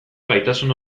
gaitasun